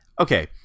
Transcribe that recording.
Okay